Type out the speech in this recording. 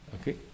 Okay